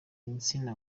insina